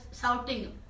shouting